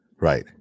Right